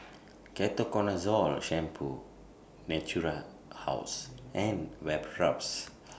Ketoconazole Shampoo Natura House and Vapodrops